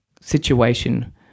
situation